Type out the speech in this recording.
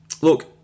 look